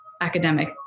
academic